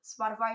Spotify